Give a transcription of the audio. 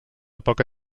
poca